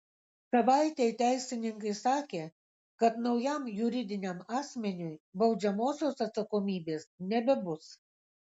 savaitei teisininkai sakė kad naujam juridiniam asmeniui baudžiamosios atsakomybės nebebus